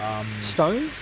Stone